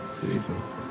Jesus